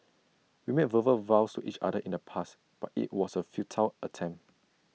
we made verbal vows to each other in the past but IT was A futile attempt